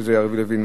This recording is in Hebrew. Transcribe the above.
שזה יריב לוין,